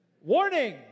Warning